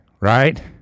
right